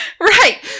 Right